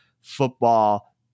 football